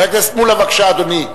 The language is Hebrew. חבר הכנסת מולה, בבקשה, אדוני.